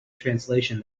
translation